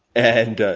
and,